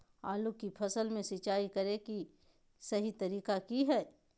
आलू की फसल में सिंचाई करें कि सही तरीका की हय?